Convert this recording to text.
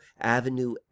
Avenue